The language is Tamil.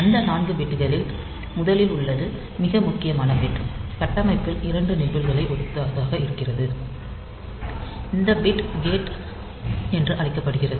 அந்த 4 பிட்களில் முதலில் உள்ளது மிக முக்கியமான பிட் கட்டமைப்பில் இரண்டு நிபில்களுக்கும் ஒத்ததாக இருக்கிறது அந்த பிட் கேட் என்று அழைக்கப்படுகிறது